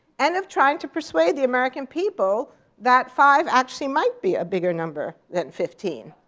and of trying to persuade the american people that five actually might be a bigger number than fifteen.